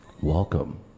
welcome